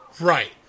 Right